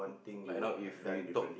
like now if we talk